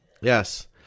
Yes